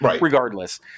regardless